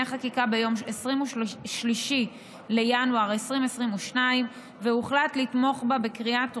חקיקה ביום 23 בינואר 2022 והוחלט לתמוך בה בקריאה טרומית.